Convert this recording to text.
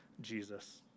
Jesus